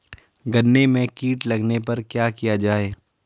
गन्ने में कीट लगने पर क्या किया जाये?